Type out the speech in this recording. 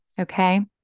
Okay